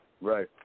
right